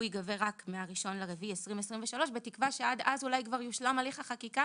הוא יגבה רק מה-1.4.2023 בתקווה שעד אז אולי כבר יושלם הליך החקיקה